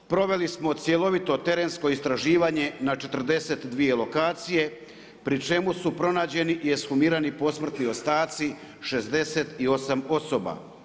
Proveli smo cjelovito terensko istraživanje na 42 lokacije, pri čemu su pronađeni i ekshumirani posmrtni ostaci 68 osoba.